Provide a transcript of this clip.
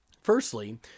Firstly